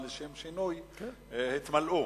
לשם שינוי, התמלאו.